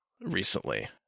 recently